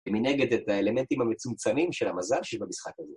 ומנגד את האלמנטים המצומצמים של המזל שבמשחק הזה.